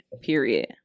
period